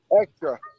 Extra